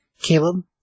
Caleb